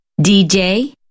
DJ